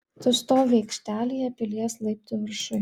tu stovi aikštelėje pilies laiptų viršuj